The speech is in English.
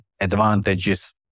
advantages